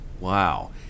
Wow